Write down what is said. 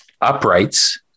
uprights